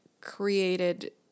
created